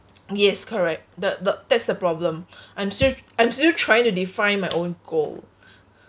yes correct the the that's the problem I'm still I'm still trying to define my own goal